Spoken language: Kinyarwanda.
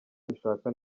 dushaka